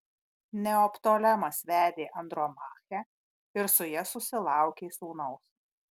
neoptolemas vedė andromachę ir su ja susilaukė sūnaus